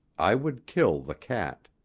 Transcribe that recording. i would kill the cat.